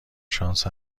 شانس